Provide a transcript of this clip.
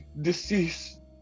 deceased